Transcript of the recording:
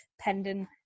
pending